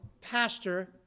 pastor